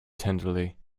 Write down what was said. tenderly